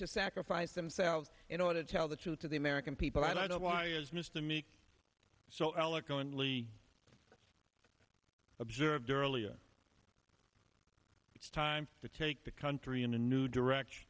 to sacrifice themselves in order to tell the truth to the american people i don't know why is mr meek so eloquently observed earlier it's time to take the country in a new direction